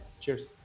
Cheers